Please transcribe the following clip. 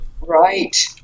Right